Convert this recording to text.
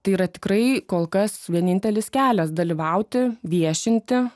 tai yra tikrai kol kas vienintelis kelias dalyvauti viešinti